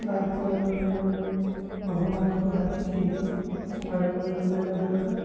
bike ଚଲାଇବାରେ ଭଗବାନଙ୍କୁ ଡାକିକି ଗାଡ଼ି ଗୁଡ଼ା ଚଲାଇବା ଦରକାର